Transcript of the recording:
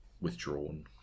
...withdrawn